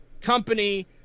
company